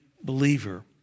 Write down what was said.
believer